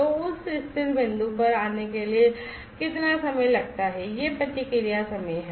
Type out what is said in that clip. तो उस स्थिर बिंदु पर आने के लिए कितना समय लगता है यह प्रतिक्रिया समय है